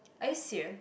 are you serious